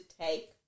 take